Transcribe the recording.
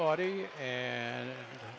body and